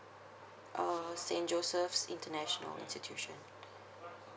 uh st joseph's international institution